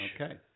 Okay